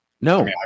No